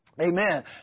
Amen